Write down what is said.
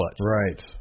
Right